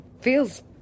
Feels